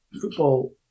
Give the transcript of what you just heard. football